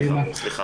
סליחה.